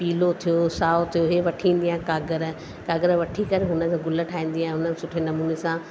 पीलो थियो साओ थियो इहे वठी ईंदी आहियां काॻरु काॻरु वठी करे हुनखे गुल ठाहींदी आहियां हुनखे सुठे नमूने सां